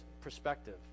perspective